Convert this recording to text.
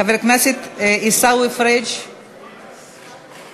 חבר הכנסת עיסאווי פריג', עולה?